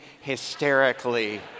hysterically